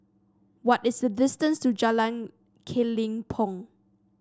what is the distance to Jalan Kelempong